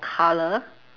colour